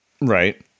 Right